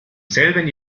selben